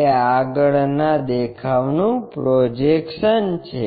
એ આગળના દેખાવ નું પ્રોજેક્શન છે